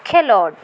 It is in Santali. ᱠᱷᱮᱞᱳᱰ